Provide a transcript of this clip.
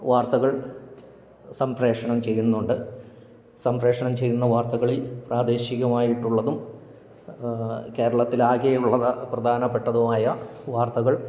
വാർത്തകൾ സംപ്രേഷണം ചെയ്യുന്നുണ്ട് സംപ്രേഷണം ചെയ്യുന്ന വാർത്തകളിൽ പ്രാദേശികമായിട്ടുള്ളതും കേരളത്തിലാകെയുള്ളത് പ്രധാനപ്പെട്ടതുമായ വാർത്തകൾ